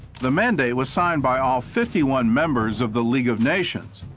the mandate was signed by all fifty one members of the legal of nations,